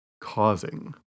causing